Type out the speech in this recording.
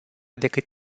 decât